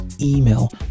email